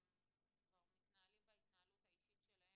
הם כבר מתנהלים בהתנהלות האישית שלהם,